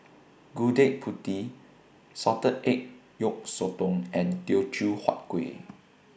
Gudeg Putih Salted Egg Yolk Sotong and Teochew Huat Kueh